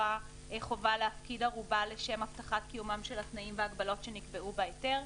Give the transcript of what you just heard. חובה להפקיד ערובה לשם הבטחת קיומם של התנאים וההגבלות שנקבעו בהיתר.